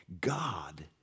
God